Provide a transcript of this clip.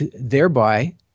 thereby